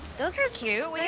those are cute.